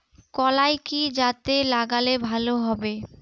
কলাই কি জাতে লাগালে ভালো হবে?